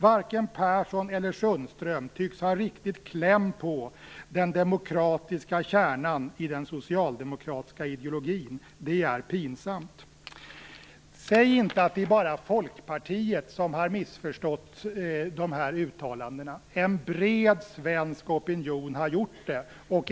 Varken Persson eller Sundström tycks ha riktig kläm på den demokratiska kärnan i den socialdemokratiska ideologin. Det är pinsamt. Säg inte att det bara är Folkpartiet som har missförstått uttalandena. En bred svensk opinion har också gjort det i så fall.